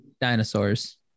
Dinosaurs